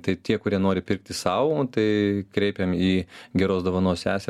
tai tie kurie nori pirkti sau tai kreipiam į geros dovanos sesę